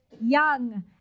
young